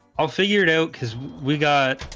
i'll figure it out cuz we got